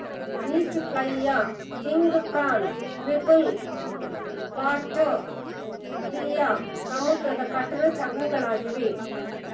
beach flea, king prawn, gribble, water flea ಸಮುದ್ರದ ಕಠಿಣ ಚರ್ಮಿಗಳಗಿವೆ